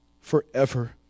forever